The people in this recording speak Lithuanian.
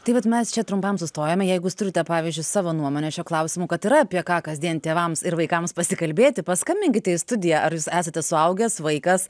tai vat mes čia trumpam sustojome jeigu turite pavyzdžiui savo nuomonę šiuo klausimu kad yra apie ką kasdien tėvams ir vaikams pasikalbėti paskambinkite į studiją ar jūs esate suaugęs vaikas